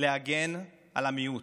להגן על המיעוט.